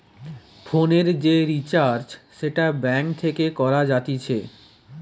ফোনের যে রিচার্জ সেটা ব্যাঙ্ক থেকে করা যাতিছে